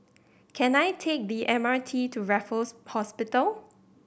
can I take the M R T to Raffles Hospital